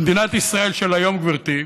במדינת ישראל של היום, גברתי,